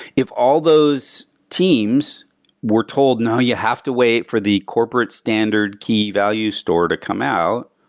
if all those teams were told, no, you have to wait for the corporate standard key value store to come out,